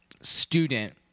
student